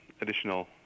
additional